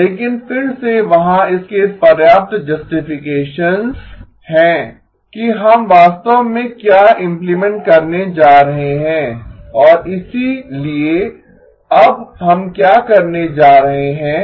लेकिन फिर से वहाँ इसके पर्याप्त जस्टीफिकेसंस हैं कि हम वास्तव में क्या इम्प्लीमेंट करने जा रहे हैं और इसीलिए अब हम क्या करने जा रहे हैं